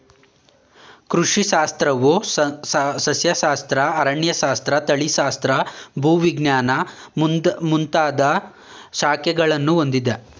ಕೃಷಿ ಶಾಸ್ತ್ರವು ಸಸ್ಯಶಾಸ್ತ್ರ, ಅರಣ್ಯಶಾಸ್ತ್ರ, ತಳಿಶಾಸ್ತ್ರ, ಭೂವಿಜ್ಞಾನ ಮುಂದಾಗ ಶಾಖೆಗಳನ್ನು ಹೊಂದಿದೆ